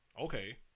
Okay